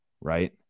right